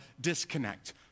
disconnect